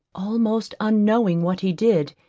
almost unknowing what he did,